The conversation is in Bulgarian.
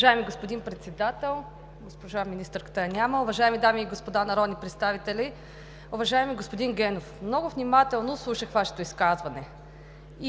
Уважаеми господин Председател, госпожа министърката я няма, уважаеми дами и господа народни представители! Уважаеми господин Генов, много внимателно слушах Вашето изказване